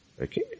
Okay